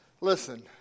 Listen